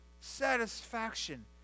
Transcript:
satisfaction